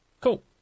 cool